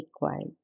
required